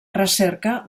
recerca